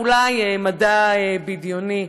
אולי מדע בדיוני.